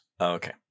Okay